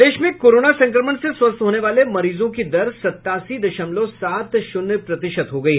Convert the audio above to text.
प्रदेश में कोरोना संक्रमण से स्वस्थ होने वाले मरीजों की दर सत्तासी दशमलव सात शून्य प्रतिशत हो गयी